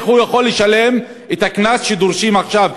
איך הוא יכול לשלם את הקנס שדורשים עכשיו,